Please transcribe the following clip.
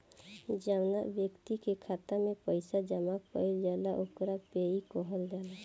जौवना ब्यक्ति के खाता में पईसा जमा कईल जाला ओकरा पेयी कहल जाला